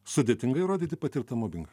sudėtinga įrodyti patirtą mobingą